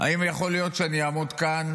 אם יכול להיות שאעמוד כאן